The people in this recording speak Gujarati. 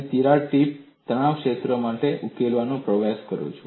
અને તિરાડ ટીપ તણાવ ક્ષેત્રો માટે ઉકેલમાં પ્રવેશ કરો